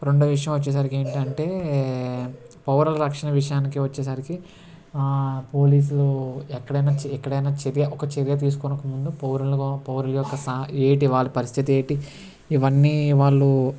రెండవ విషయం వచ్చేసరికి ఏంటంటే పౌరుల రక్షణ విషయానికి వచ్చేసరికి పోలీసులు ఎక్కడైనా ఎక్కడైనా చర్య ఒక చర్య తీసుకొనక ముందు పౌరులుగా పౌరులుగా ఒకసారి ఏంటి వాళ్ళ పరిస్థితి ఏంటి ఇవన్నీ వాళ్ళు